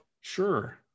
Sure